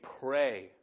pray